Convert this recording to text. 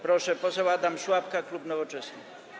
Proszę, poseł Adam Szłapka, klub Nowoczesna.